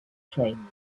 trains